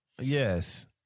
yes